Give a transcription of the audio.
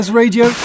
radio